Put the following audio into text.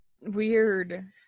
weird